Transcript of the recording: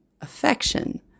affection